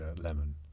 lemon